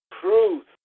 truth